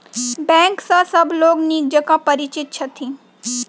bank सॅ सभ लोक नीक जकाँ परिचित छथि